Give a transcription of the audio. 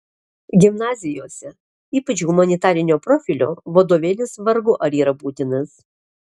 gimnazijose ypač humanitarinio profilio vadovėlis vargu ar yra būtinas